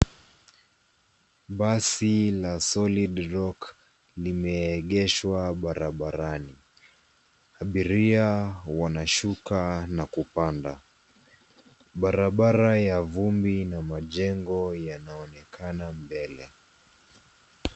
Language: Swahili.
Basi la solid rock[s] limeegeshwa barabarani . Abiria wanashuka na kupanda. Barabara ya vumbi na majengo yanaonekana mbele.